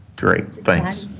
great, thanks.